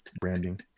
Branding